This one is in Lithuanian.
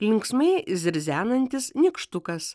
linksmai zirzenantis nykštukas